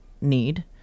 need